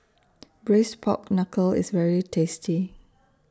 Braised Pork Knuckle IS very tasty